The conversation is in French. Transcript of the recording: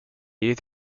est